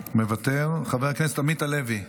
מוותר, חבר הכנסת עמית הלוי,